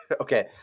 Okay